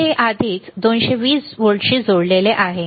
तर ते आधीच 220 व्होल्टशी जोडलेले आहे